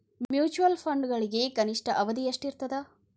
mutual ಫಂಡ್ಗಳಿಗೆ ಕನಿಷ್ಠ ಅವಧಿ ಎಷ್ಟಿರತದ